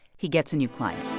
he gets a new client